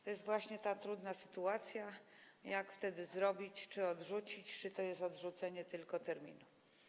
To jest właśnie ta trudna sytuacja, jak zrobić, czy odrzucić, czy to jest odrzucenie tylko terminu.